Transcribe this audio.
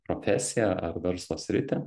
profesiją ar verslo sritį